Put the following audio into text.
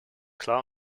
klar